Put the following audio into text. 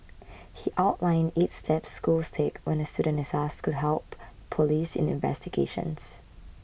he outlined eight steps schools take when a student is asked to help police in investigations